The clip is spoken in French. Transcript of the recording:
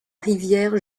rivière